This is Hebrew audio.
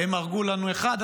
הם הרגו לנו אחד,